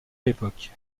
l’époque